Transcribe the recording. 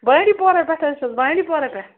بانٛڈی پورا پٮ۪ٹھ حظ چھَس بانٛڈی پورا پٮ۪ٹھ